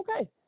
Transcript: okay